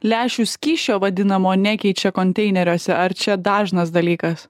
lęšių skysčio vadinamo nekeičia konteineriuose ar čia dažnas dalykas